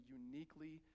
uniquely